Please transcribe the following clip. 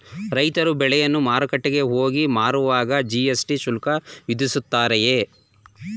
ರೈತರು ಬೆಳೆಯನ್ನು ಮಾರುಕಟ್ಟೆಗೆ ಹೋಗಿ ಮಾರುವಾಗ ಜಿ.ಎಸ್.ಟಿ ಶುಲ್ಕ ವಿಧಿಸುತ್ತಾರೆಯೇ?